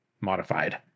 modified